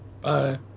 Bye